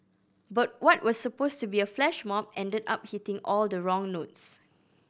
but what was supposed to be a flash mob ended up hitting all the wrong notes